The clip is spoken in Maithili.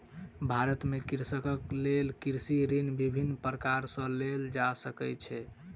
भारत में कृषकक लेल कृषि ऋण विभिन्न प्रकार सॅ लेल जा सकै छै